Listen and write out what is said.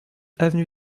avenue